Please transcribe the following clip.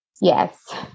yes